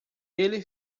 ele